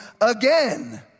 again